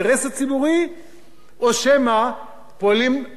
או שמא פועלים לצורך היוקרה האישית,